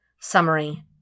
Summary